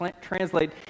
translate